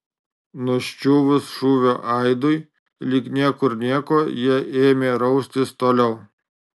nuščiuvus šūvio aidui lyg niekur nieko jie ėmė raustis toliau